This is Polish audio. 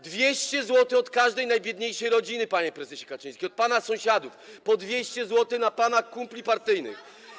200 zł od każdej najbiedniejszej rodziny, panie prezesie Kaczyński, od pana sąsiadów, po 200 zł na pana kumpli partyjnych.